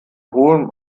hohem